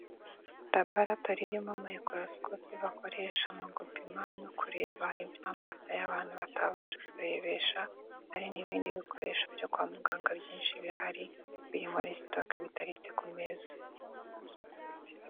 Labaratori irimo mayikorosikope bakoresha mu gupima no kureba ibyo amaso y'abantu atabasha kurebesha, hari n'ibindi bikoresho byo kwa muganga byinshi bihari, biri muri sitoke bitaritse ku meza.